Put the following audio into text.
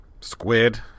squid